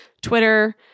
Twitter